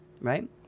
right